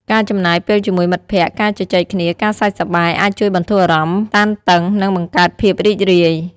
ការចំណាយពេលជាមួយមិត្តភក្តិ ការជជែកគ្នា ការសើចសប្បាយ អាចជួយបន្ធូរអារម្មណ៍តានតឹង និងបង្កើតភាពរីករាយ។